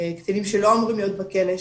קטינים שלא אמורים להיות בכלא,